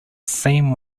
same